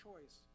choice